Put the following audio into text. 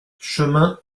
chemin